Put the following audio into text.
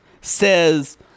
says